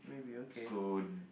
so